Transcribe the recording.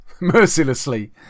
mercilessly